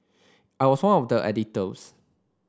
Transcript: I was one of the editors